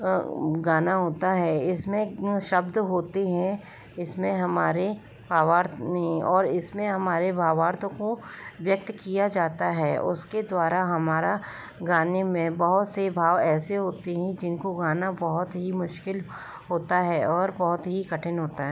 गाना होता है इसमें शब्द होते हैं इसमें हमारे भावार्थ नहीं इसमें हमारे भावार्थों को व्यक्त किया जाता है उसके द्वारा हमारा गाने में बहुत से भाव ऐसे होते हैं जिनको गाना बहुत ही मुश्किल होता है और बहुत ही कठिन होता है